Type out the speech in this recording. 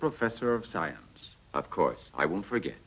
professor of science of course i won't forget